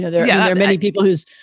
ah there yeah are many people who's,